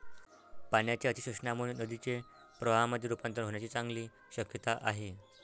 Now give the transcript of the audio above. पाण्याच्या अतिशोषणामुळे नदीचे प्रवाहामध्ये रुपांतर होण्याची चांगली शक्यता आहे